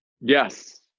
Yes